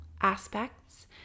aspects